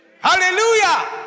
Hallelujah